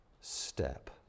step